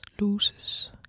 loses